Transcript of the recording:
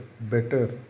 better